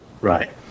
Right